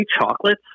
chocolates